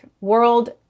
world